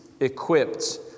equipped